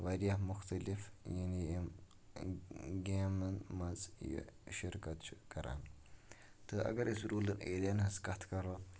واریاہ مختلف یعنی یِم گیمَن منٛز یہِ شِرکَت چھُ کَران تہٕ اگر أسۍ روٗرل ایریاہَن ہٕنٛز کَتھ کَرو